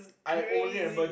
crazy